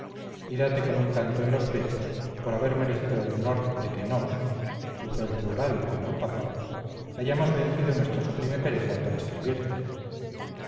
y date con un canto en los pechos por haber merecido el honor de que nos uso el plural como el papa hayamos vencido nuestra sublime pereza para escribírtela